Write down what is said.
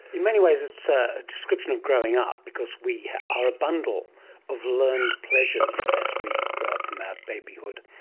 in many ways it's a description of growing up, because we are a bundle of learned pleasures as we grow up from our babyhood.